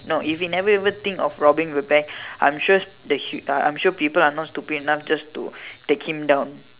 no if he never even think of robbing the bank I'm sure that he uh I'm sure people are not stupid enough just to take him down